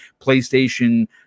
playstation